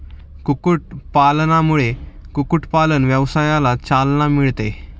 कुक्कुटपालनामुळे कुक्कुटपालन व्यवसायाला चालना मिळते